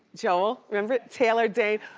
joel, remember taylor dayne?